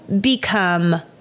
become